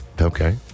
Okay